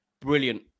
brilliant